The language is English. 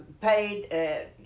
paid